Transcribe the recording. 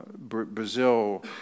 Brazil